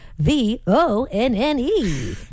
V-O-N-N-E